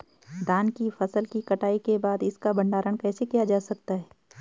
धान की फसल की कटाई के बाद इसका भंडारण कैसे किया जा सकता है?